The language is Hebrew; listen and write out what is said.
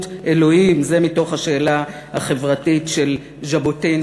אלוהים'"; זה מתוך "על השאלה החברתית" של ז'בוטינסקי.